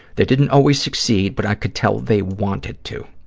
they didn't always succeed, but i could tell they wanted to.